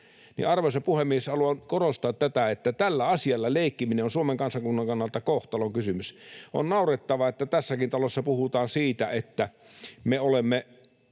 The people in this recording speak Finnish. Arvoisa puhemies! Haluan korostaa tätä, että tällä asialla leikkiminen on Suomen kansakunnan kannalta kohtalonkysymys. On naurettavaa, että tässäkin talossa puhutaan siitä, että me olemme